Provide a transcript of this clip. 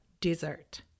dessert